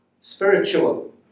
spiritual